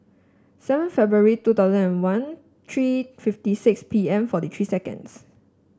seven February two thousand and one three fifty six P M forty three seconds